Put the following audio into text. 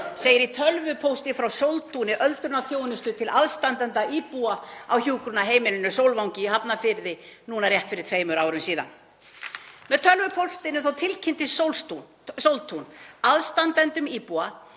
segir í tölvupósti frá Sóltúni, öldrunarþjónustu, til aðstandenda íbúa á hjúkrunarheimilinu Sólvangi í Hafnarfirði núna rétt fyrir tveimur árum síðan. Með tölvupóstinum tilkynnti Sóltún aðstandendum íbúa